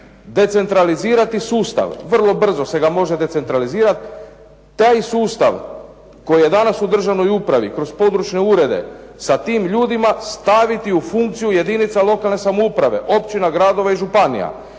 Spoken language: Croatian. Decentralizirati sustav. Vrlo brzo se ga može decentralizirati. Taj sustav koji je danas u državnoj upravi kroz područne urede sa tim ljudima staviti u funkciju jedinica lokalne samouprave općina, gradova i županija.